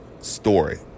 story